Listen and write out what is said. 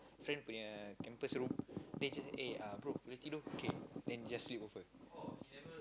friend punya campus room then he just eh ah bro boleh tidur okay then just sleepover